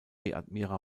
admira